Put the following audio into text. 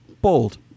Bold